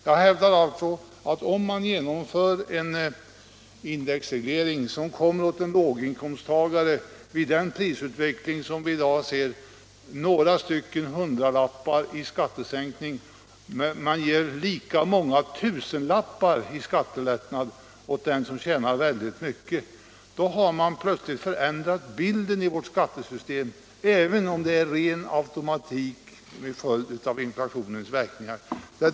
Jag hävdar alltså att om man genomför en indexreglering, så ger man —- vid den prisutveckling som vi i dag kan iaktta — en låginkomsttagare några hundralappar i skattesänkning och lika många tusenlappar i skattelättnad åt dem som tjänar väldigt mycket. Då har man plötsligt förändrat bilden i vårt skattesystem, även om det är ren automatik till följd av inflationens verkningar.